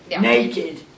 naked